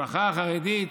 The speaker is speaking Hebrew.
המשפחה החרדית